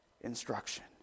instruction